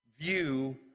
view